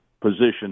position